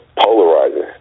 polarizing